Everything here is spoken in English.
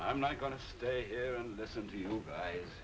i'm not going to stay here and listen to you guys